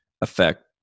affect